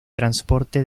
transporte